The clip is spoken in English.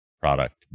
product